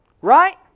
right